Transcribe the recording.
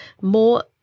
more